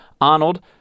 Arnold